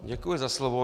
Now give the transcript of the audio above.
Děkuji za slovo.